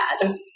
bad